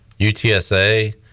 UTSA